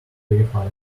verified